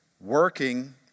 working